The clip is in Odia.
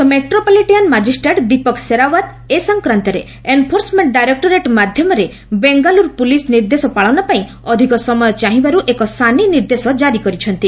ମୁଖ୍ୟ ମେଟ୍ରୋପଲିଟାନ୍ ମାଜିଷ୍ଟ୍ରେଟ୍ ଦୀପକ୍ ସେରାଓ୍ୱତ୍ ଏ ସଂକ୍ରାନ୍ତରେ ଏନ୍ଫୋର୍ସମେଣ୍ଟ ଡାଇରେକ୍ଟୋରେଟ୍ ମାଧ୍ୟମରେ ବେଙ୍ଗାଲୁରୁ ପୁଲିସ୍ ନିର୍ଦ୍ଦେଶ ପାଳନ ପାଇଁ ଅଧିକ ସମୟ ଚାହିଁବାରୁ ଏକ ସାନି ନିର୍ଦ୍ଦେଶ ଜାରି କରିଛନ୍ତି